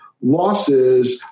losses